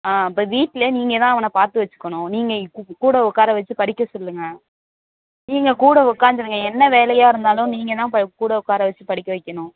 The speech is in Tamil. ஆ அப்போ வீட்டிலே நீங்கள்தான் அவனை பார்த்து வச்சுக்கணும் நீங்கள் கூட உக்கார வச்சு படிக்க சொல்லுங்க நீங்கள் கூட உட்காந்துருங்க என்ன வேலையாக இருந்தாலும் நீங்கள்தான் போய் கூட உட்கார வச்சு படிக்க வைக்கணும்